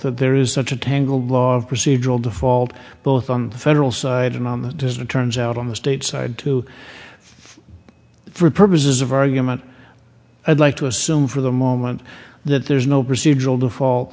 that there is such a tangled law of procedural default both on the federal side and on the returns out on the state side to for purposes of argument i'd like to assume for the moment that there's no procedural default